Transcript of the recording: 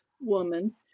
woman